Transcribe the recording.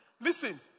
listen